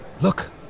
Look